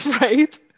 Right